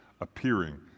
appearing